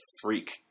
freak